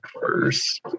first